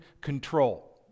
control